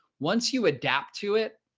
once you adapt to it,